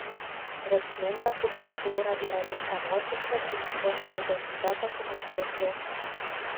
rėksminga subkultūra yra lyg savotiškas gynybos nuo identiteto sumaišties jausmas